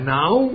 now